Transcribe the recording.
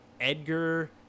Edgar